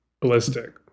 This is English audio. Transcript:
ballistic